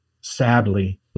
sadly